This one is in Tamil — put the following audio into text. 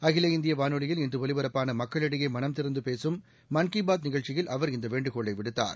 அகில இந்திய வானொலியில் இன்று ஒலிபரப்பாள மக்களிடையே மனம் திறந்து பேசும் மன் கி பாத் நிகழ்ச்சியில் அவர் இந்த வேண்டுகோளை விடுத்தார்